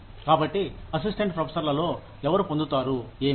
కాబట్టి అసిస్టెంట్ ప్రొఫెసర్లలో ఎవరు పొందుతారు ఏమి